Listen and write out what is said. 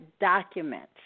documents